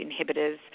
inhibitors